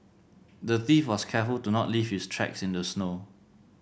the thief was careful to not leave his tracks in the snow